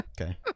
Okay